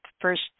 first